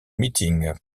meeting